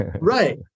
right